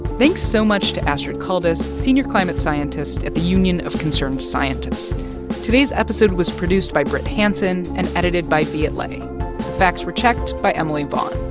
thanks so much to astrid caldas, senior climate scientist at the union of concerned scientists today's episode was produced by brit hanson and edited by viet le. the facts were checked by emily vaughn.